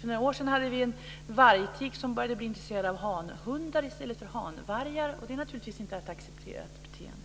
För några år sedan fanns det en vargtik som började bli intresserad av hanhundar i stället för hanvargar. Det är naturligtvis inte ett accepterat beteende.